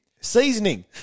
Seasoning